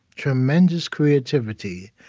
tremendous creativity,